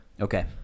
Okay